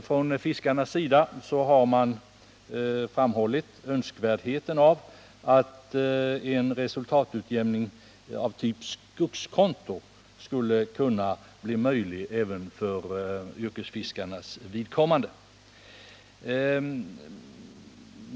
Från fiskarnas sida har man framhållit önskvärdheten av att en resultatutjämning av typ skogskonto skulle bli möjlig även för yrkesfiskarnas vidkommande.